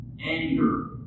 anger